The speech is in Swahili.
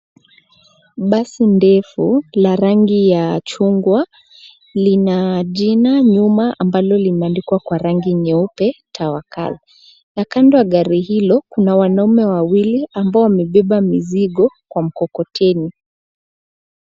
Basi ndefu la rangi ya chungwa Lina jina nyuma ambalo limeandikwa Kwa rangi nyeupe Tawakal[ cs] na kando ya gari hilo kuna wanaume wawili ambao wamebeba mizigo Kwa mkokoteni.